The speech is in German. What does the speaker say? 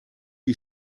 die